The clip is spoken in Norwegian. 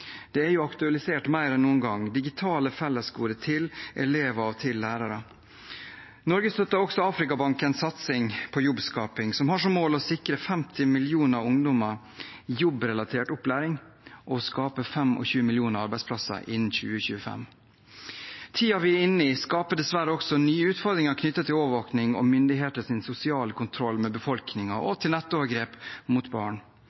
Det er jo aktualisert mer enn noen gang – digitale fellesgoder til elever og til lærere. Norge støtter også Afrikabankens satsing på jobbskaping, som har som mål å sikre 50 millioner ungdommer jobbrelatert opplæring og skape 25 millioner arbeidsplasser innen 2025. Tiden vi er inne i, skaper dessverre også nye utfordringer knyttet til overvåking og myndigheters sosiale kontroll med befolkningen og til nettovergrep mot barn.